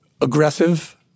aggressive